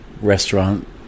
restaurant